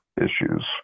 issues